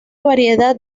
variedad